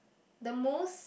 the most